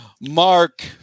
Mark